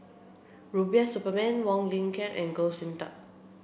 Rubiah Suparman Wong Lin Ken and Goh Sin Tub